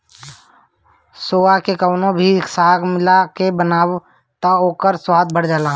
सोआ के कवनो भी साग में मिला के बनाव तअ ओकर स्वाद बढ़ जाला